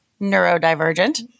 neurodivergent